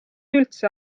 üldse